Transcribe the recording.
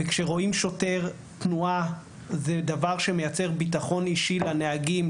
וכשרואים שוטר תנועה זה דבר שמייצר ביטחון אישי לנהגים,